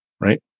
right